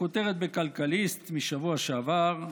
הכותרת בכלכליסט מהשבוע שעבר: